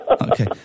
Okay